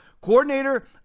Coordinator